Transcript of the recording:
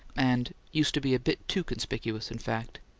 and used to be a bit too conspicuous, in fact.